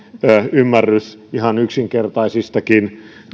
ymmärrys ihan yksinkertaisistakin